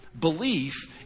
Belief